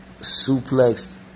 suplexed